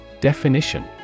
Definition